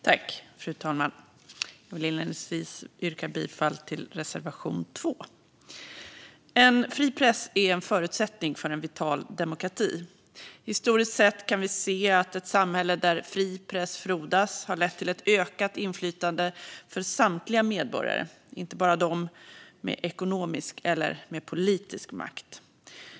Fru talman! Jag vill inledningsvis yrka bifall till reservation 2. En fri press är en förutsättning för en vital demokrati. Historiskt sett kan vi se att ett samhälle där fri press frodats har lett till ett ökat inflytande för samtliga medborgare, inte bara dem med ekonomisk eller politisk makt.